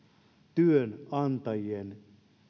työnantajien